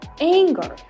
anger